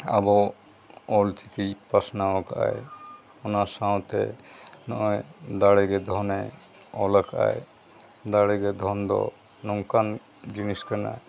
ᱟᱵᱚ ᱚᱞᱪᱤᱠᱤ ᱯᱟᱥᱱᱟᱣ ᱠᱟᱜ ᱟᱭ ᱚᱱᱟ ᱥᱟᱶᱛᱮ ᱱᱚᱜᱼᱚᱭ ᱫᱟᱲᱮ ᱜᱮ ᱫᱷᱚᱱᱮ ᱚᱞ ᱠᱟᱫ ᱟᱭ ᱫᱟᱲᱮ ᱜᱮ ᱫᱷᱚᱱ ᱫᱚ ᱱᱚᱝᱠᱟᱱ ᱡᱤᱱᱤᱥ ᱠᱟᱱᱟ